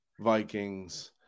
Vikings